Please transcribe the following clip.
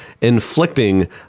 inflicting